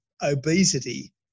obesity